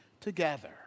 together